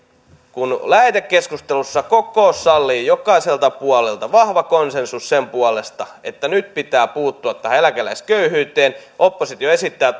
kun lähetekeskustelussa oli koko salissa jokaisella puolella vahva konsensus sen puolesta että nyt pitää puuttua tähän eläkeläisköyhyyteen ja oppositio esittää